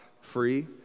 free